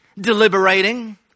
deliberating